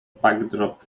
backdrop